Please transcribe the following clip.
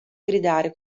gridare